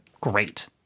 great